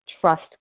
trust